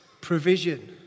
Provision